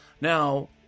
Now